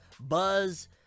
buzz